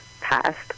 passed